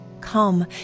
Come